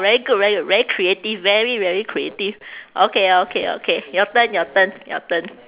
very good very good very creative very very creative okay okay okay your turn your turn your turn